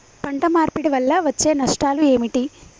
పంట మార్పిడి వల్ల వచ్చే నష్టాలు ఏమిటి?